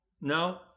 No